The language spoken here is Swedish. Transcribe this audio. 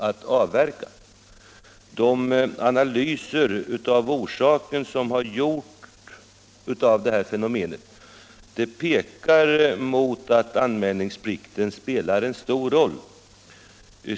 De analyser som gjorts av orsaken till detta fenomen pekar mot att anmälningsplikten spelar en stor roll.